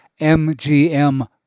MGM